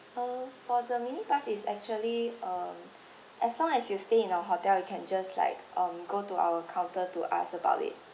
uh for the mini bus is actually um as long as you stay in our hotel you can just like um go to our counter to ask about it